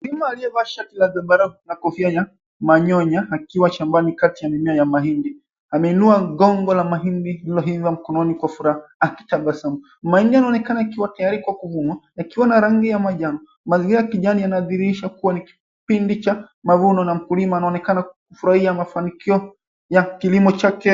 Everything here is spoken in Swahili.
Mkulima aliyevaa shati ya zambarau na kofia ya manyoya akiwa shambani kati ya mimea ya mahindi. Ameinua ngongo la mahindi lililoiva mkononi kwa furaha akitabasamu. Mahindi yanaonekana ikiwa tayari kwa kuvuna akiwa na rangi ya majani. Mazingira ya kijani yanadhihirisha kuwa ni kipindi cha mavuno na mkulima anaonekana kufurahia mafanikio ya kilimo chake.